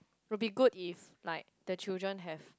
would be good if like the children have